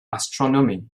astronomy